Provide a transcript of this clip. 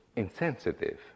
insensitive